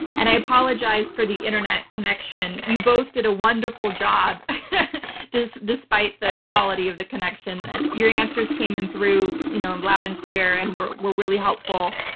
and i apologize for the internet connection. you both did a wonderful job despite the quality of the connection. and your answers came in through you know and loud and clear and were were really helpful.